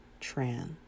Tran